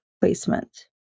placement